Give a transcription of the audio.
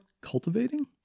Cultivating